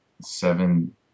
seven